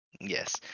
yes